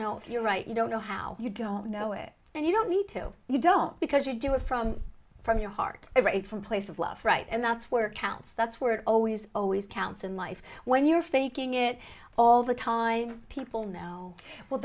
if you're right you don't know how you don't know it and you don't need to you don't if you do it from from your heart rate from place of love right and that's where counts that's where it always always counts in life when you're faking it all the time people know well